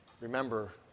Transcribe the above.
remember